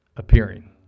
appearing